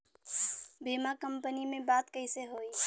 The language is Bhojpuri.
बीमा कंपनी में बात कइसे होई?